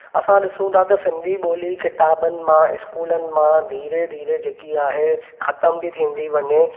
असां ॾिसूं था त सिंधी ॿोली किताबनि मा स्कूलनि मां धीरे धीरे जेकी आहे ख़तम थी थींदी वञे